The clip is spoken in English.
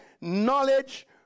knowledge